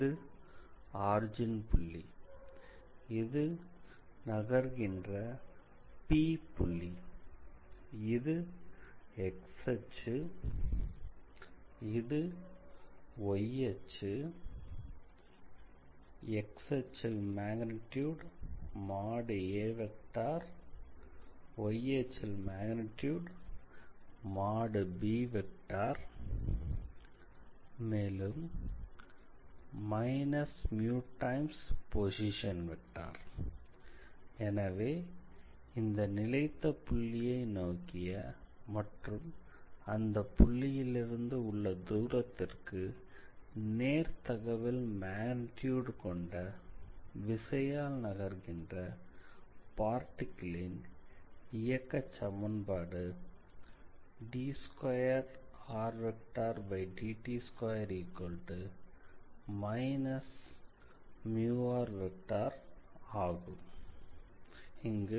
இது ஆர்ஜின் புள்ளி இது நகர்கின்ற P புள்ளி இது x அச்சு இது y அச்சு x அச்சில் மேக்னிட்யூட் || y அச்சில் மேக்னிட்யூட் || மேலும் μxபொசிஷன் வெக்டார் எனவே இந்த நிலைத்த புள்ளியை நோக்கிய மற்றும் அந்தப் புள்ளியிலிருந்து உள்ள தூரத்திற்கு நேர்தகவில் மேக்னிட்யூட் கொண்ட விசையால் நகர்கின்ற பார்ட்டிகிள் ன் இயக்க சமன்பாடு d2rdt2−r0ஆகும்